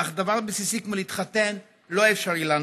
אך דבר בסיסי כמו להתחתן לא אפשרי לנו.